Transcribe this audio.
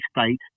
state